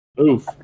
Oof